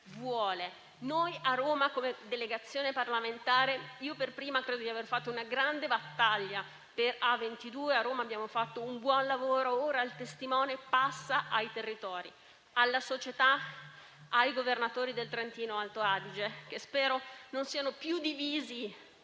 PNRR. Noi a Roma come delegazione parlamentare e io per prima abbiamo fatto una grande battaglia per l'A22. A Roma abbiamo fatto un buon lavoro; ora il testimone passa ai territori, alla società, ai governatori del Trentino-Alto Adige, che spero non siano più divisi